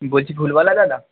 বলছি ফুলওয়ালা দাদা